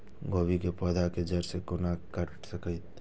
गोभी के पोधा के जड़ से कोन कीट कटे छे?